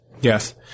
Yes